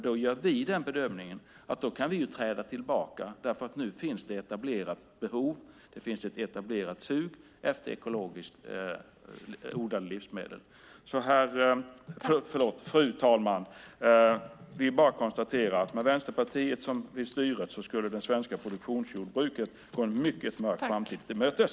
Då gör vi bedömningen att vi kan träda tillbaka, därför att nu finns det ett etablerat behov, ett etablerat sug, efter ekologiskt odlade livsmedel. Fru talman! Jag konstaterar bara att med Vänsterpartiet vid styret skulle det svenska produktionsjordbruket gå en mycket mörk framtid till mötes.